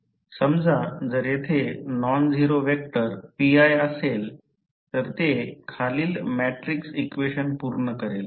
समजा जर तेथे नॉनझिरो व्हेक्टर pi असेल तर ते खालील मॅट्रिक्स इक्वेशन पूर्ण करेल